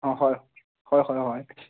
হয় হয় হয় হয়